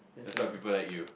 that's why people like you